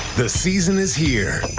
this season is here